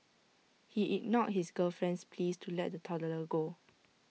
he ignored his girlfriend's pleas to let the toddler go